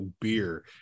beer